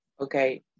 Okay